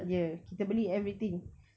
ye kita beli everything